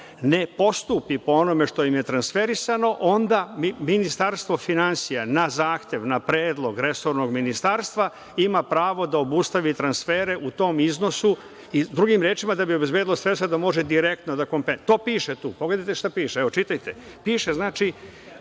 ne postupi po onome što je transferisano, onda Ministarstvo finansija na zahtev, na predlog resornog ministarstva, ima pravo da obustavi transfere u tom iznosu. Drugim rečima, da bi obezbedili sredstva da može da direktno da … To piše tu. Pogledajte šta piše, evo, čitajte. Piše – na